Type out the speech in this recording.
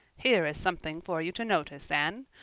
here is something for you to notice, anne.